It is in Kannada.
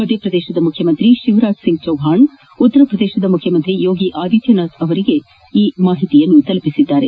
ಮಧ್ಯಪ್ರದೇಶದ ಮುಖ್ಯಮಂತ್ರಿ ಶಿವರಾಜ್ ಸಿಂಗ್ ಚೌಹಾಣ್ ಉತ್ತರ ಪ್ರದೇಶದ ಮುಖ್ಯಮಂತ್ರಿ ಯೋಗಿ ಆಧಿತ್ತನಾಥ್ ಅವರಿಗೆ ಈ ಮಾಹಿತಿ ತಲುಪಿಸಿದ್ದಾರೆ